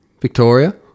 Victoria